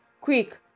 quick